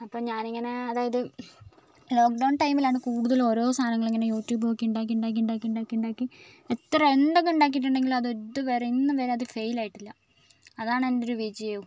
അപ്പം ഞാനിങ്ങനെ അതായത് ലോക്ക്ഡൗൺ ടൈമിലാണ് കൂടുതലും ഓരോ സാധനങ്ങളും ഇങ്ങനെ യൂട്യൂബ് നോക്കി ഉണ്ടാക്കി ഉണ്ടാക്കി ഉണ്ടാക്കി ഉണ്ടാക്കി ഉണ്ടാക്കി എത്ര എന്തൊക്കെ ഉണ്ടാക്കിയിട്ടുണ്ടെങ്കിലും അത് ഇതുവരെ ഇന്ന് വരെ അത് ഫെയിൽ ആയിട്ടില്ല അതാണ് അതിൻ്റെ ഒരു വിജയവും